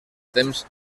temps